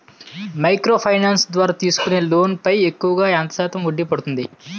Micro finance ద్వారా తీసుకునే loan పై ఎక్కువుగా ఎంత శాతం వడ్డీ పడుతుంది?